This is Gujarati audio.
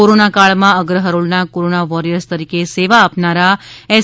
કોરોના કાળમાં અગ્રહરોળના કોરોના વોરિયર્સ તરીકે સેવા આપનારા એસ